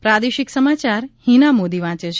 પ્રાદેશિક સમાચાર હિના મોદી વાંચે છે